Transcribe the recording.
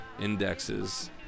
indexes